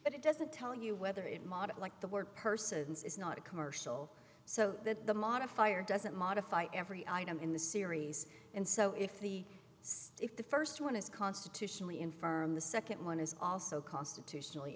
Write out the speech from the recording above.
but it doesn't tell you whether it moderate like the word persons is not a commercial so that the modifier doesn't modify every item in the series and so if the if the st one is constitutionally infirm the nd one is also constitutionally